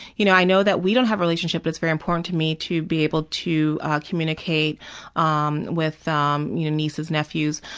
you know, i know that we don't have relationship, but it's very important to me to be able to ah communicate um with um you know nieces and nephews.